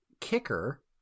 kicker